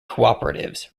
cooperatives